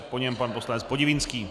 Po něm pan poslanec Podivínský.